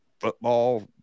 football